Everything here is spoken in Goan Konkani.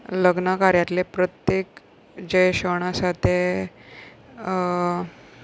लग्ना कार्यातले प्रत्येक जे क्षण आसा ते